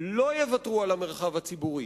לא יוותרו על המרחב הציבורי